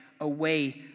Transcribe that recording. away